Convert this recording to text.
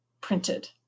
printed